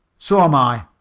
so am i.